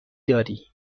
داری